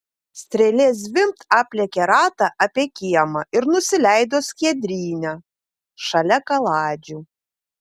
strėlė zvimbt aplėkė ratą apie kiemą ir nusileido skiedryne šalia kaladžių